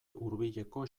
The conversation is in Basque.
hurbileko